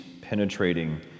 penetrating